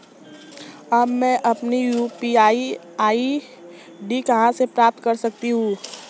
अब मैं अपनी यू.पी.आई आई.डी कहां से प्राप्त कर सकता हूं?